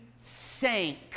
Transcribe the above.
sank